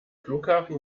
flughafen